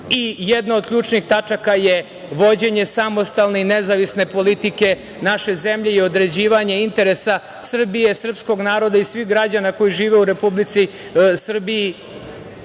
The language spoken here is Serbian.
jedna od ključnih tačaka je vođenje samostalne i nezavisne politike naše zemlje i određivanje interesa Srbije, srpskog naroda i svih građana koji žive u Republici Srbiji